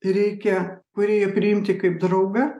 reikia kūrėją priimti kaip draugą